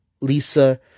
Lisa